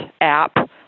app